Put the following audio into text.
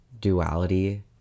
duality